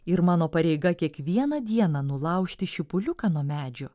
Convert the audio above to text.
ir mano pareiga kiekvieną dieną nulaužti šipuliuką nuo medžio